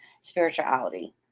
spirituality